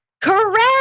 Correct